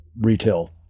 retail